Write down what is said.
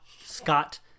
Scott